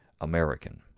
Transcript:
American